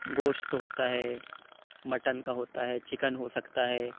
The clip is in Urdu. گوشت ہوتا ہے مٹن کا ہوتا ہے چکن ہو سکتا ہے